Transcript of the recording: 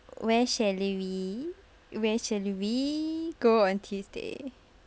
where shall we where shall we go on tuesday